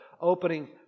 opening